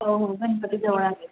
हो हो गणपती जवळ आले आहेत